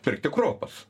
pirkti kruopas